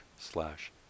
slash